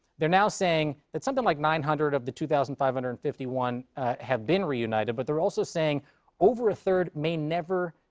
they're now saying that something like nine hundred of the two thousand five hundred and fifty one have been reunited, but they're also saying over a third may never,